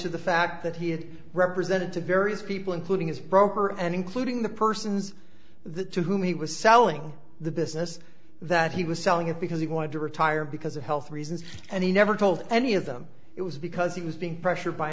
to the fact that he had represented to various people including his broker and including the persons that to whom he was selling the business that he was selling it because he wanted to retire because of health reasons and he never told any of them it was because he was being pressured by